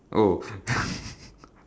oh